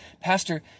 pastor